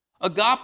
Agape